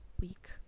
week